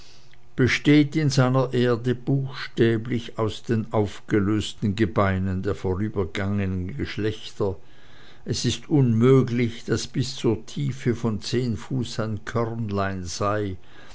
besteht in seiner erde buchstäblich aus den aufgelösten gebeinen der vorübergegangenen geschlechter es ist unmöglich daß bis zur tiefe von zehn fuß ein körnlein sei